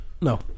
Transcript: no